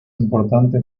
importante